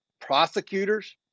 prosecutors